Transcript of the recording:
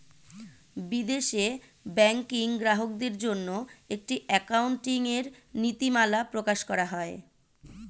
বিদেশে ব্যাংকিং গ্রাহকদের জন্য একটি অ্যাকাউন্টিং এর নীতিমালা প্রকাশ করা হয়